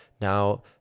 now